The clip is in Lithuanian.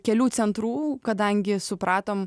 kelių centrų kadangi supratom